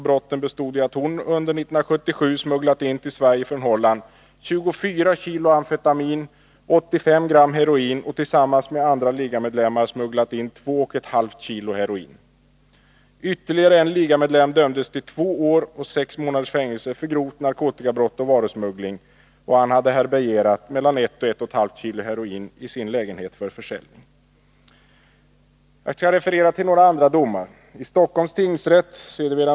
Brotten bestod i att hon under 1977 från Holland smugglat in till Sverige 24 kg amfetamin och 85 gram heroin och, tillsammans med andra ligamedlemmar, ytterligare 2,5 kg heroin. Ytterligare en ligamedlem dömdes till två år och sex månaders fängelse för grovt narkotikabrott och varusmuggling. Han hade härbärgerat mellan 1 och 1,5 kg heroin i sin lägenhet för försäljning.